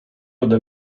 ode